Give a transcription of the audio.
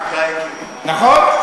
נכון?